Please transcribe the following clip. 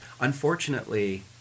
unfortunately